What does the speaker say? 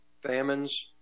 famines